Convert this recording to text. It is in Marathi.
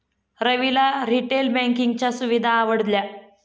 रविला रिटेल बँकिंगच्या सुविधा आवडल्या